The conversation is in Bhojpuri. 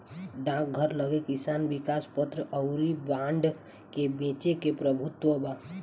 डाकघर लगे किसान विकास पत्र अउर बांड के बेचे के प्रभुत्व बा